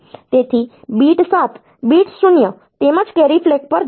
તેથી bit 7 bit 0 તેમજ carry flag પર જશે